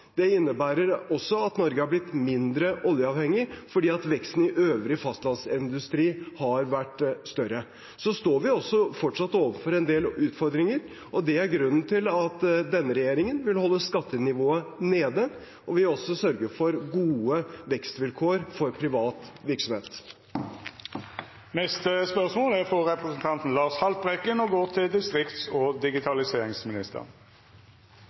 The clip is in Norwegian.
Det innebærer også at Norge har blitt mindre oljeavhengig fordi veksten i øvrig fastlandsindustri har vært større. Vi står fortsatt overfor en del utfordringer, og det er grunnen til at denne regjeringen vil holde skattenivået nede og sørge for gode vekstvilkår for privat virksomhet. Dette spørsmålet er trekt. Dette spørsmålet fell bort. «Til NTB 9. februar skrev statsråden: «Et ja til